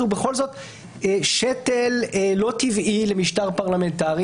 הוא בכל זאת שתל לא טבעי למשטר פרלמנטרי,